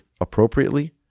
appropriately